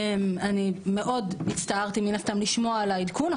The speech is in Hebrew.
אני מאוד הצטערתי לשמוע על העדכון.